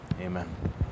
amen